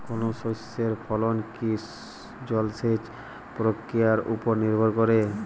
কোনো শস্যের ফলন কি জলসেচ প্রক্রিয়ার ওপর নির্ভর করে?